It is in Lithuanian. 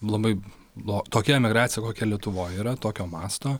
labai blo tokia emigracija kokia lietuvoj yra tokio masto